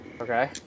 Okay